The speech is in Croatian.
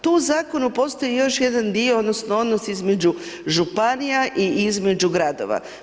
Tu u zakonu postoji još jedan dio, odnosno, odnos između županija i između gradova.